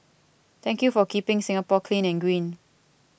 thank you for keeping Singapore clean and green